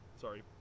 Sorry